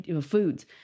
foods